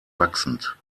wachsend